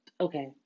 Okay